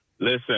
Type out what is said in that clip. listen